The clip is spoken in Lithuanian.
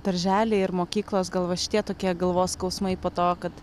darželiai ir mokyklos gal va šitie tokie galvos skausmai po to kad